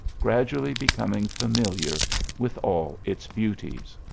gradually becoming familiar with all its beauties.